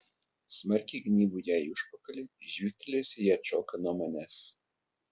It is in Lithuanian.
smarkiai gnybu jai į užpakalį žvygtelėjusi ji atšoka nuo manęs